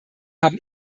haben